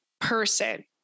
person